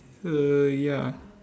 err ya